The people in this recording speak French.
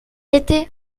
été